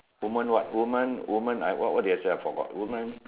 woman what woman woman I what what did I say I forgot woman